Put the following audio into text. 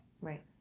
Right